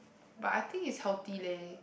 but I think it's healthy leh